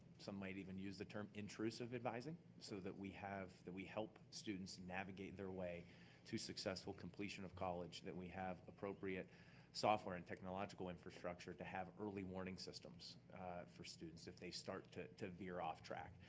some might even use the term intrusive advising, so that we have, that we help students navigate their way to successful completion of college that we have appropriate software and technological infrastructure to have early warning systems for students if they start to to veer off track.